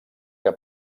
que